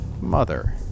Mother